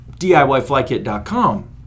DIYFlyKit.com